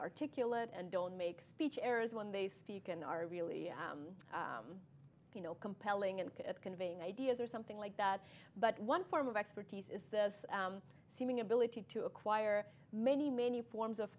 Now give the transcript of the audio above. articulate and don't make speech errors when they speak and are really you know compelling and conveying ideas or something like that but one form of expertise is this seeming ability to acquire many many forms of